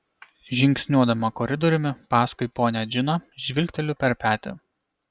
žingsniuodama koridoriumi paskui ponią džiną žvilgteliu per petį